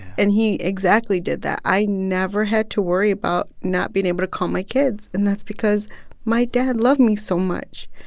and he exactly did that. i never had to worry about not being able to call my kids, and that's because my dad loved me so much,